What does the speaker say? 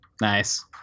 Nice